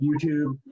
YouTube